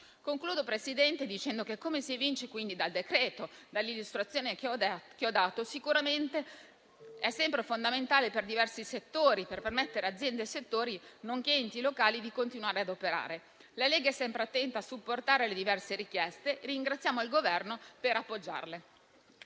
concludo dicendo che, come si evince dal decreto e dall'illustrazione dell'emendamento che ho dato, sicuramente tale misura è fondamentale per diversi settori, per permettere ad aziende e settori, nonché enti locali, di continuare ad operare. La Lega è sempre attenta a supportare le diverse richieste e ringraziamo il Governo per appoggiarle.